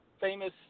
famous